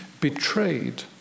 betrayed